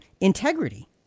integrity